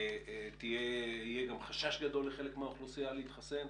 מפני שיהיה גם חשש גדול לחלק מהאוכלוסייה להתחסן.